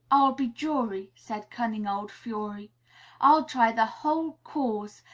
i'll be jury said cunning old fury i'll try the whole cause,